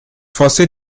você